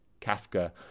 Kafka